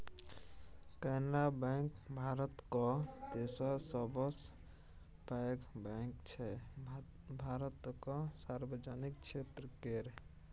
Canara bank भारतक तेसर सबसँ पैघ बैंक छै भारतक सार्वजनिक क्षेत्र केर